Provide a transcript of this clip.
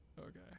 Okay